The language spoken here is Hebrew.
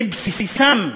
בבסיסן,